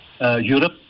Europe